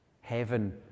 Heaven